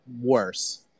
worse